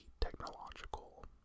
technological